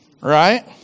Right